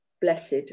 Blessed